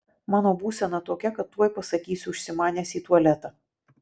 mano būsena tokia kad tuoj pasakysiu užsimanęs į tualetą